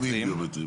ביומטריים,